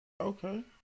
Okay